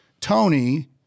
Tony